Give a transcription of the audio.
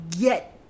get